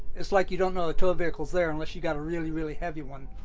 it's like you don't know the tow vehicle's there, unless you've got a really, really heavy one,